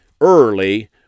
early